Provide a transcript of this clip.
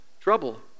trouble